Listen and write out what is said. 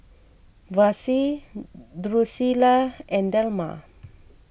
Vassie Drucilla and Delmar